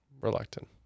Reluctant